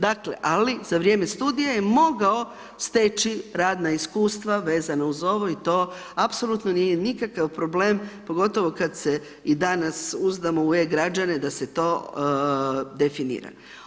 Dakle, ali, za vrijeme studija je mogao steći radna iskustva vezana uz ovo i to apsolutno nije nikakav problem pogotovo kada se i danas uzdamo u e-građane da se to definira.